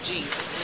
Jesus